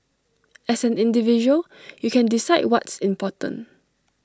as an individual you can decide what's important